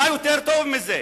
מה יותר טוב מזה?